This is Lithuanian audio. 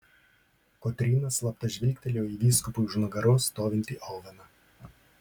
kotryna slapta žvilgtelėjo į vyskupui už nugaros stovintį oveną